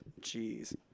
Jeez